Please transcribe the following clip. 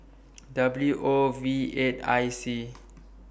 W O V eight I C